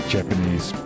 Japanese